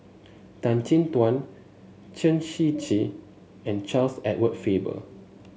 Tan Chin Tuan Chen Shiji and Charles Edward Faber